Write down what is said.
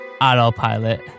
Autopilot